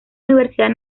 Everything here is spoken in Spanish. universidad